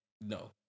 no